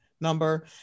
number